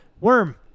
Worm